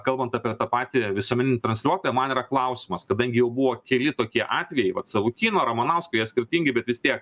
kalbant apie tą patį visuomeninį transliuotoją man yra klausimas kadangi jau buvo keli tokie atvejai vat savukyno ramanausko jie skirtingi bet vis tiek